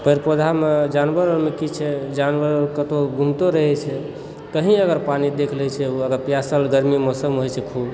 पेड़ पौधामे जानवर अरमे की छै जानवर अर कतौ घुमैतो रहै छै कहीं अगर पानि देख लैत छै ओ अगर पियासल गरमी मौसम होइ छै खूब